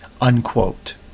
Unquote